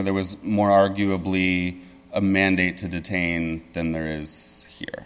where there was more arguably a mandate to detain than there is here